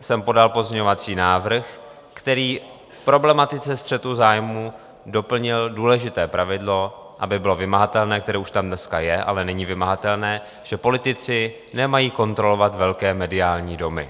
jsem podal pozměňovací návrh, který v problematice střetu zájmů doplnil důležité pravidlo, aby bylo vymahatelné které už tam dneska je, ale není vymahatelné že politici nemají kontrolovat velké mediální domy.